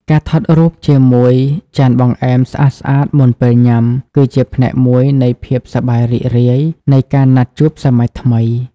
ការថតរូបជាមួយចានបង្អែមស្អាតៗមុនពេលញ៉ាំ គឺជាផ្នែកមួយនៃភាពសប្បាយរីករាយនៃការណាត់ជួបសម័យថ្មី។